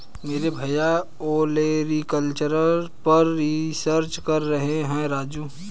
मेरे भैया ओलेरीकल्चर पर रिसर्च कर रहे हैं राजू